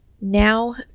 Now